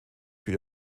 für